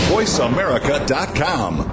VoiceAmerica.com